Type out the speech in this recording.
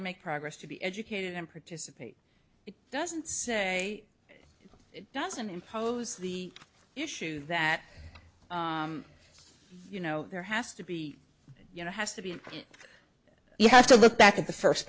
or make progress to be educated and participate it doesn't say it doesn't impose the issues that you know there has to be you know has to be you have to look back at the first